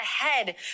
ahead